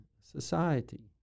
society